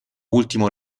ultimo